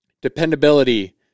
Dependability